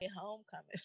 homecoming